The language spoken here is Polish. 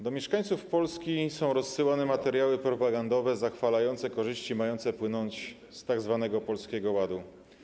Do mieszkańców Polski są rozsyłane materiały propagandowe zachwalające korzyści mające płynąć z tzw. Polskiego Ładu.